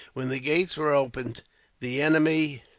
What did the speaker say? when the gates were opened the enemy,